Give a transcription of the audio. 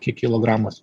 ki kilogramas